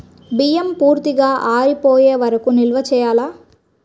బియ్యం పూర్తిగా ఆరిపోయే వరకు నిల్వ చేయాలా?